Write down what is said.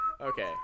Okay